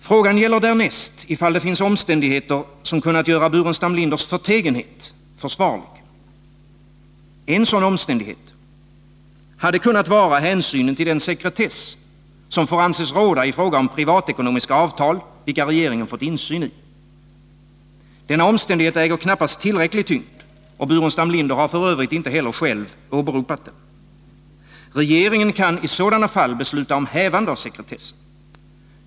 Frågan gäller därnäst ifall det finns omständigheter som kunnat göra Staffan Burenstam Linders förtegenhet försvarlig. En sådan omständighet hade kunnat vara hänsynen till den sekretess som får anses råda i fråga om privatekonomiska avtal, vilka regeringen fått insyn i. Denna omständighet äger knappast tillräcklig tyngd, och Staffan Burenstam Linder har f. ö. inte heller själv åberopat den. Regeringen kan i sådana fall besluta om hävande av sekretessen.